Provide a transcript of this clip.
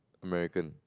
American